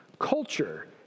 Culture